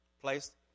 place